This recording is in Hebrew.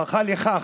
הוכחה לכך: